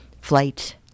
flight